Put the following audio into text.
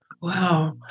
Wow